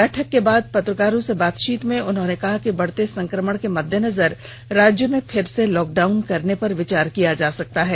बैठक के बाद पत्रकारों से बातचीत में उन्होंने कहा कि बढते संक्रमण के मददेनजर राज्य में फिर से लॉकडाउन करने पर विचार किया जा सकता है